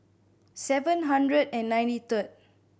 seven hundred and ninety third